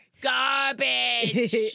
garbage